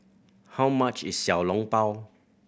how much is Xiao Long Bao